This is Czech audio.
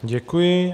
Děkuji.